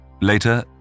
Later